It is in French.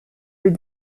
les